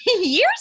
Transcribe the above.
years